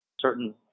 certain